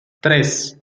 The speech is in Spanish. tres